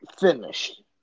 finished